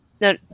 No